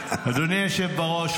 היושב-ראש,